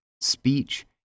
speech